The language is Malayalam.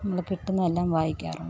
നമ്മൾ കിട്ടുന്നത് എല്ലാം വായിക്കാറുണ്ട്